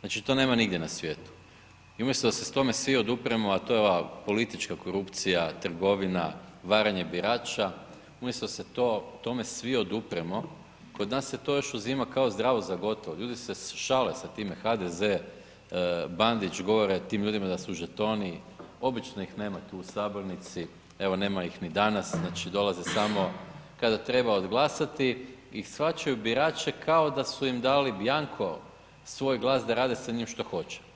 znači to nema nigdje na svijetu i umjesto da se tome svi odupremo, a to je ova politička korupcija, trgovina, varanje birača, umjesto da se tome svi odupremo, kod nas se to još uzima, kao zdravo za gotovo, ljudi se šale s time, HDZ, Bandić, govore tim ljudima da su žetoni, obično ih nema tu u sabornici, evo nema ih ni danas, znači dolaze samo kada treba oglasiti i shvaćaju birače kao da su im dali bianco svoj glas da rade s njim što hoće.